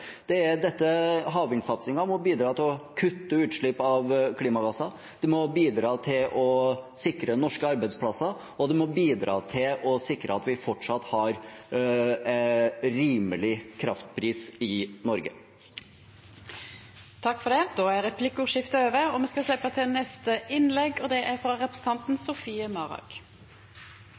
må bidra til å kutte utslipp av klimagasser, den må bidra til å sikre norske arbeidsplasser, og den må bidra til å sikre at vi fortsatt har rimelig kraftpris i Norge. Replikkordskiftet er over. Den aller første dagen vi kunne levere forslag i stortingssalen, fremmet Rødt et representantforslag som vi skal behandle nå i dag. Det